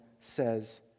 says